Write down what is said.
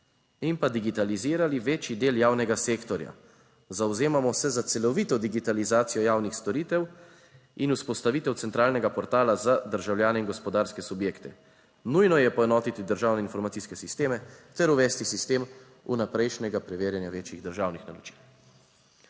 in pa digitalizirali večji del javnega sektorja. Zavzemamo se za celovito digitalizacijo javnih storitev in vzpostavitev centralnega portala za državljane in gospodarske subjekte. Nujno je poenotiti državne informacijske sisteme ter uvesti sistem vnaprejšnjega preverjanja večjih državnih naročil."